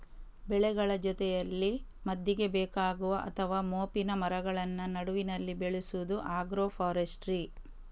ಬೆಳೆಗಳ ಜೊತೆಯಲ್ಲಿ ಮದ್ದಿಗೆ ಬೇಕಾಗುವ ಅಥವಾ ಮೋಪಿನ ಮರಗಳನ್ನ ನಡುವಿನಲ್ಲಿ ಬೆಳೆಸುದು ಆಗ್ರೋ ಫಾರೆಸ್ಟ್ರಿ